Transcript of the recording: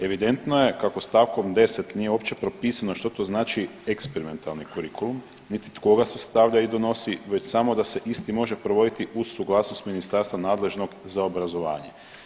Evidentno je kako st. 10. nije uopće propisano što to znači eksperimentalni kurikulum, niti tko ga sastavlja i donosi, već samo da se isti može provoditi uz suglasnost ministarstva nadležnog za obrazovanje.